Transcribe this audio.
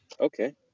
okay